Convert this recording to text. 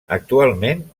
actualment